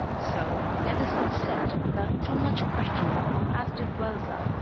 so let us accept without too much questioning as did balzac,